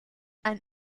and